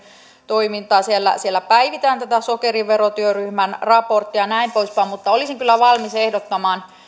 toimintaa siellä siellä päivitetään tätä sokeriverotyöryhmän raporttia ja näin poispäin mutta olisin kyllä valmis ehdottamaan